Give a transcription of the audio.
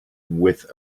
with